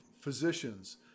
physicians